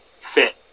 Fit